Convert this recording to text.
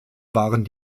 waren